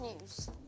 news